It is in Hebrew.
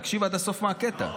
תקשיב עד הסוף מה הקטע.